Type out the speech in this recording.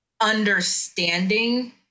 understanding